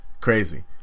crazy